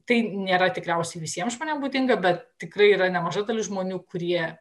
tai nėra tikriausiai visiems žmonėms būdinga bet tikrai yra nemaža dalis žmonių kurie